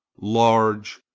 large,